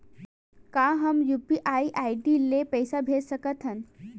का हम UPI ID ले पईसा भेज सकथन?